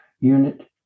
unit